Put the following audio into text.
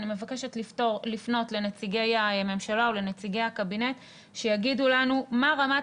אני מבקשת לפנות לנציגי הממשלה או לנציגי הקבינט שיגידו לנו מה רמת